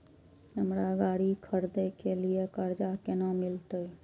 हमरा गाड़ी खरदे के लिए कर्जा केना मिलते?